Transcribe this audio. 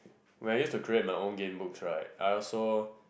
where I used to create my own game books right I also